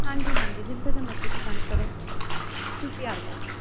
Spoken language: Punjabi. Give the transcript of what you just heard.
ਹਾਂਜੀ ਹਾਂਜੀ ਜਿਦਾ ਦਾ ਮਰਜੀ ਪਸੰਦ ਕਰੋ ਤੁਸੀਂ ਆ ਜਾਓ